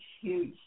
huge